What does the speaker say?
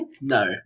No